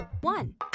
one